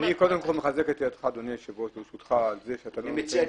אדוני היושב ראש, אני מחזק את